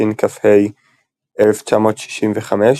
תשכ"ה–1965,